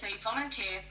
volunteer